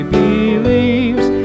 believes